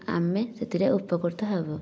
ଆମେ ସେଥିରେ ଉପକୃତ ହେବୁ